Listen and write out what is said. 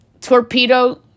Torpedo